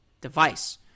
device